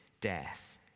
death